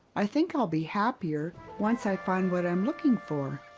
i think i'll be happier once i find what i'm looking for.